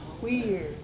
weird